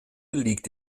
liegt